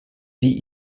wie